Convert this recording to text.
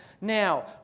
Now